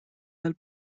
del